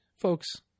folks